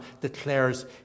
declares